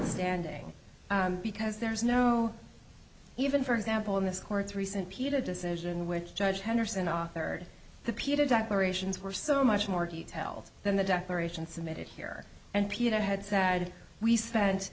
standing because there's no even for example in this court's recent peta decision which judge henderson authored the peta doctor ations were so much more detailed than the declaration submitted here and peter had said we spent